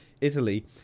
Italy